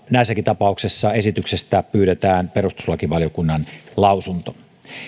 näissäkin tapauksissa esityksestä pyydetään perustuslakivaliokunnan lausunto